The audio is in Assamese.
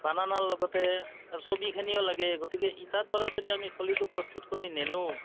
বানানৰ লগতে ছবিখিনিও লাগে গতিকে এতিয়াৰপৰা যদি আমি ছলিটোক প্ৰস্তুত কৰি নিনো